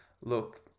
Look